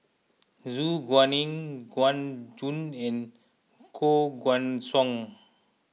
Su Guaning Gu Juan and Koh Guan Song